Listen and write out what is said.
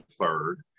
third